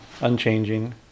unchanging